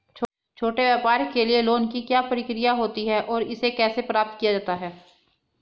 छोटे व्यापार के लिए लोंन की क्या प्रक्रिया होती है और इसे कैसे प्राप्त किया जाता है?